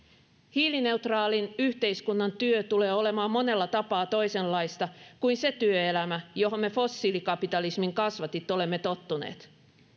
hiilineutraalin yhteiskunnan työ tulee olemaan monella tapaa toisenlaista kuin se työelämä johon me fossiilikapitalismin kasvatit olemme tottuneet